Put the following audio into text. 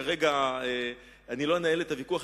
וכרגע לא אנהל את הוויכוח,